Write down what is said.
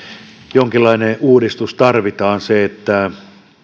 jonkinlainen uudistus tarvitaan